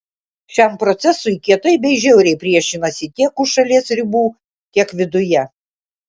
šiam procesui kietai bei žiauriai priešinasi tiek už šalies ribų tiek viduje